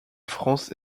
france